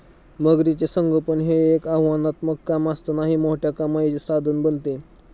मगरीचे संगोपन हे एक आव्हानात्मक काम असतानाही मोठ्या कमाईचे साधन बनते